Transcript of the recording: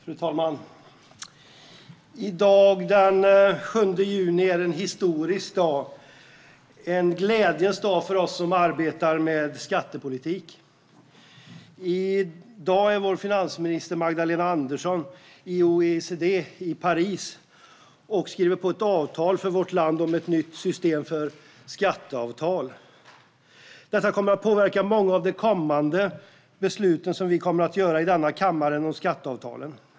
Fru talman! I dag den 7 juni är det en historisk dag, en glädjens dag för oss som arbetar med skattepolitik. I dag är vår finansminister Magdalena Andersson i OECD i Paris och skriver på ett avtal för vårt land om ett nytt system för skatteavtal. Detta kommer att påverka många av de kommande besluten som vi kommer att fatta i denna kammare om skatteavtalen.